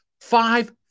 five